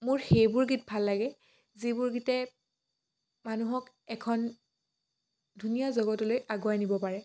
মোৰ সেইবোৰ গীত ভাল লাগে যিবোৰ গীতে মানুহক এখন ধুনীয়া জগতলৈ আগুৱাই নিব পাৰে